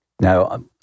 Now